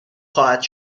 خواهد